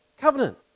covenant